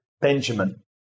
Benjamin